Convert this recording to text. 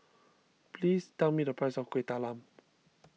please tell me the price of Kueh Talam